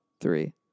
three